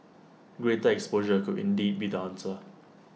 greater exposure could indeed be the answer